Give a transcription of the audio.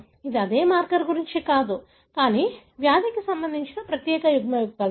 ఇది అదే మార్కర్ గురించి కాదు కానీ వ్యాధికి సంబంధించిన ప్రత్యేక యుగ్మవికల్పం